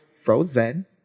Frozen